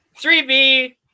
3B